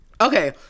Okay